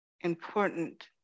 important